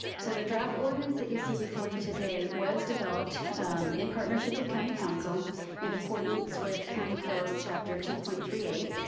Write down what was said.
so the draft ordinance that you see before you today was developed in partnership with county council in accordance with county code chapter two point three eight.